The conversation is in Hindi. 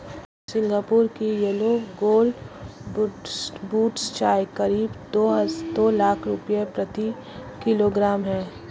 सिंगापुर की येलो गोल्ड बड्स चाय करीब दो लाख रुपए प्रति किलोग्राम है